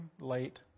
late